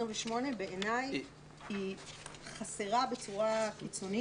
בעיניי היא חסרה בצורה קיצונית.